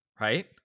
right